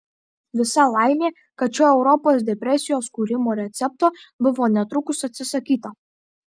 visa laimė kad šio europos depresijos kūrimo recepto buvo netrukus atsisakyta